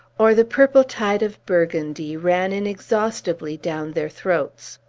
or the purple tide of burgundy ran inexhaustibly down their throats.